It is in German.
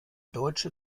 deutsche